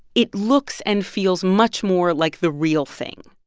it looks and feels much more like the real thing.